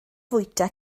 fwyta